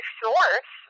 source